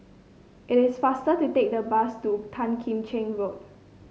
it is faster to take the bus to Tan Kim Cheng Road